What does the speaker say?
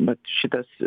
vat šitas